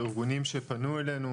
ארגונים שפנו אלינו,